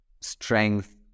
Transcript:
strength